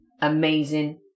amazing